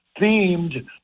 themed